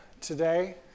today